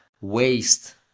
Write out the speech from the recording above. waste